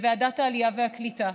בוועדת העלייה והקליטה,